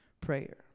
prayer